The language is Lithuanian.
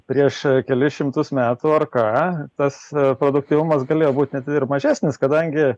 prieš kelis šimtus metų ar ką tas produktyvumas galėjo būt net ir mažesnis kadangi